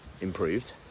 improved